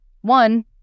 one